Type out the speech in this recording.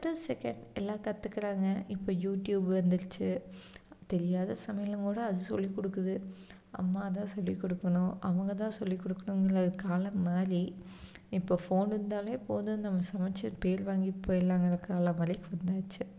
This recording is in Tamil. கொஞ்சம் செகெண்ட் எல்லா கற்றுக்குறாங்க எல்லாம் யூடியூப் வந்துடுச்சு தெரியாத சமையலை கூட அது சொல்லிக் கொடுக்குது அம்மா தான் சொல்லிக் கொடுக்கணும் அவங்க தான் சொல்லிக் கொடுக்கணுங்கிற காலம் மாறி இப்போ ஃபோன் இருந்தால் போதும் நம்ம சமைச்சி பேர் வாங்கி போயிடலாங்கின்ற காலம் வரைக்கும் வந்தாச்சு